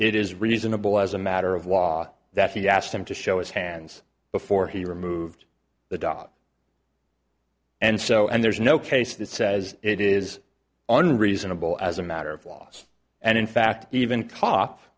it is reasonable as a matter of law that he asked him to show his hands before he removed the da and so and there's no case that says it is unreasonable as a matter of laws and in fact even cough